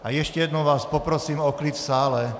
A ještě jednou vás poprosím o klid v sále!